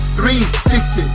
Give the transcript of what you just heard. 360